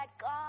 God